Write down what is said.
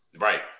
Right